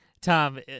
Tom